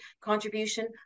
contribution